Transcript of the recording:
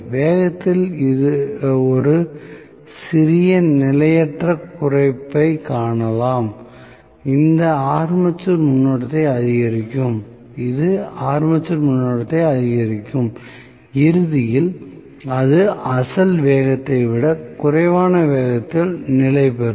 வேகத்தில் ஒரு சிறிய நிலையற்ற குறைப்பைக் காணலாம் இது ஆர்மேச்சர் மின்னோட்டத்தை அதிகரிக்கும் இறுதியில் அது அசல் வேகத்தை விடக் குறைவான வேகத்தில் நிலைபெறும்